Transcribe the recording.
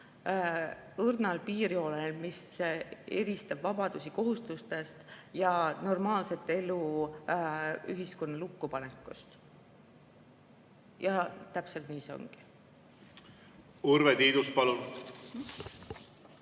õrnal piirjoonel, mis eristab vabadusi kohustustest ja normaalset elu ühiskonna lukkupanekust. Täpselt nii see ongi. See haigus